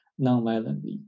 nonviolently